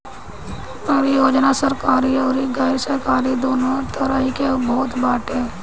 परियोजना सरकारी अउरी गैर सरकारी दूनो तरही के होत बाटे